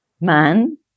man